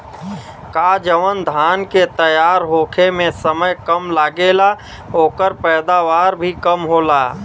का जवन धान के तैयार होखे में समय कम लागेला ओकर पैदवार भी कम होला?